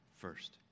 first